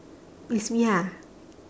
it's me ah